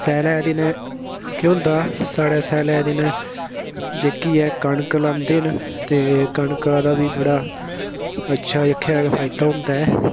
स्यालै दिनें केह् होंदा साढ़े स्यालै दिनें जेह्की ऐ कनक लांदे न ते कनका दा बी बड़ा अच्छा रक्खे दा फायदा होंदा ऐ